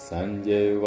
Sanjay